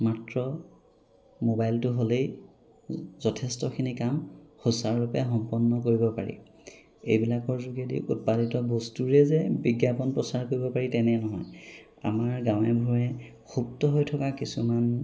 মাত্ৰ মোবাইলটো হ'লেই যথেষ্টখিনি কাম সুচাৰুৰূপে সম্পন্ন কৰিব পাৰি এইবিলাকৰ যোগেদি উৎপাদিত বস্তুৰে যে বিজ্ঞাপন প্ৰচাৰ কৰিব পাৰি তেনে নহয় আমাৰ গাঁৱে ভূঞে সুপ্ত হৈ থকা কিছুমান